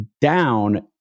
down